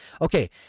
Okay